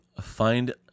find